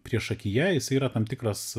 priešakyje jisai yra tam tikras